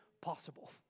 possible